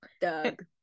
Doug